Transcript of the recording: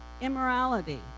immorality